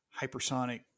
hypersonic